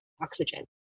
oxygen